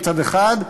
מצד אחד,